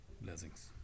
Blessings